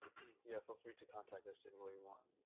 yeah feel free to contact us any way you want.